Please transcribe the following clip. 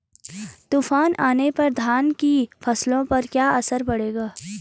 तूफान आने पर धान की फसलों पर क्या असर पड़ेगा?